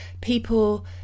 people